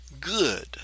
good